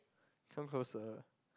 come closer